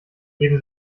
heben